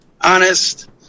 honest